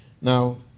Now